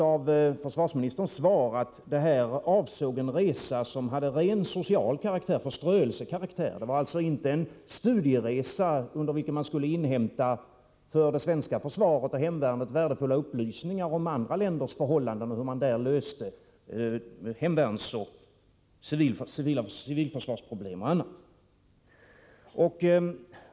Av försvarsministerns svar framgår att det gällde en resa som hade ren förströelsekaraktär. Det var alltså inte en studieresa, under vilken man skulle inhämta för det svenska försvaret och hemvärnet värdefulla upplysningar om andra länders förhållanden, om hur man där löser hemvärnsoch civilförsvarsproblem och liknande.